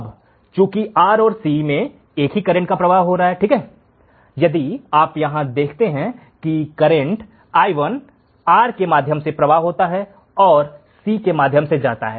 अब चूंकि R और C मे एक ही करेंट का प्रवाह होता है ठीक है यदि आप यहां देखते हैं कि करेंट i1 R के माध्यम से प्रवाह होता है और C के माध्यम से जाता है